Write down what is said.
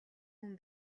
хүн